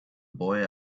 boy